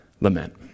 lament